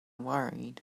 worried